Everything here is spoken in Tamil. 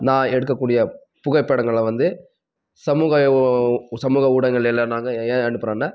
நான் எடுக்கக் கூடிய புகைப்படங்களை வந்து சமூக சமூக ஊடகங்கள் எல்லாம் நாங்கள் ஏன் அனுப்புகிறோம்னா